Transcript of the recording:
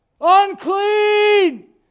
unclean